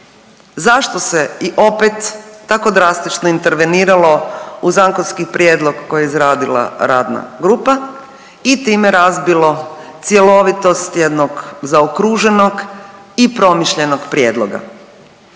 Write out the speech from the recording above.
zašto se i opet tako drastično interveniralo u zakonski prijedlog koji je izradila radna grupa i time razbilo cjelovitost jednog zaokruženog i promišljenog prijedloga?